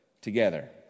together